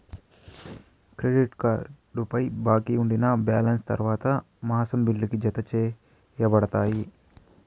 credit కార్డుపై బాకీ ఉండినా బాలెన్స్ తర్వాత మాసం బిల్లుకి, జతచేయబడతాది